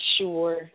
sure